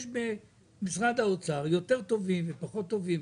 יש במשרד האוצר יותר טובים ופחות טובים.